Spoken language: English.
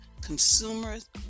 Consumers